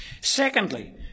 Secondly